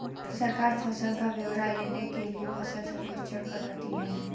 सरकार फसल का ब्यौरा लेने के लिए फसल सर्वेक्षण करवाती है